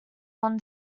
non